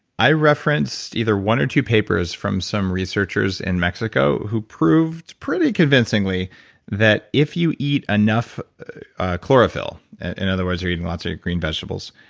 i referenced either one or two papers from some researchers in mexico who proved pretty convincingly that if you eat enough chlorophyll. in other words, you're eating lots of green vegetables.